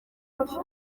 ati